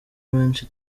menshi